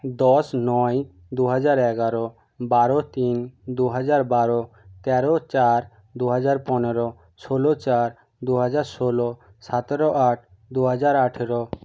দশ নয় দু হাজার এগারো বারো তিন দু হাজার বারো তেরো চার দু হাজার পনেরো ষোলো চার দু হাজার ষোলো সাতেরো আট দু হাজার আঠেরো